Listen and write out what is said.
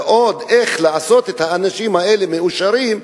ואיך לעשות את האנשים האלה מאושרים,